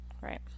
Right